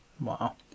Wow